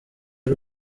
ari